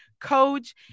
coach